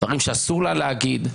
דברים שאסור לה להגיד.